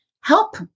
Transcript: help